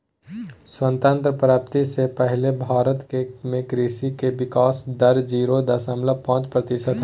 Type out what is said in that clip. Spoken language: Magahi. स्वतंत्रता प्राप्ति से पहले भारत में कृषि के विकाश दर जीरो दशमलव पांच प्रतिशत हई